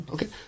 Okay